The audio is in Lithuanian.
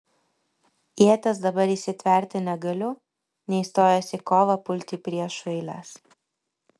ieties dabar įsitverti negaliu nei stojęs į kovą pulti į priešų eiles